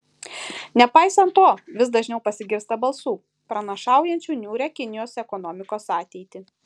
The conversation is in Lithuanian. nepaisant to vis dažniau pasigirsta balsų pranašaujančių niūrią kinijos ekonomikos ateitį